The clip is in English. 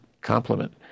compliment